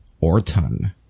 Orton